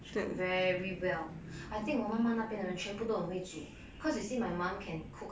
very well I think 我妈妈那边的人全部都很会煮 cause you see my mum can cook a lot